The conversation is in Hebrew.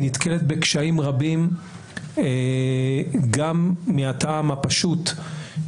היא נתקלת בקשיים רבים גם מהטעם הפשוט